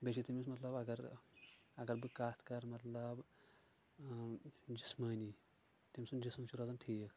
بیٚیہِ چھُ تٔمِس مطلب اگر اگر بہٕ کتھ کرٕ مطلب جسمٲنی تٔمۍ سُنٛد جسم چھُ روزان ٹھیٖک